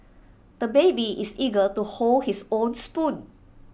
the baby is eager to hold his own spoon